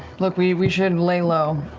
look, we we should lay low.